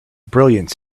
brilliance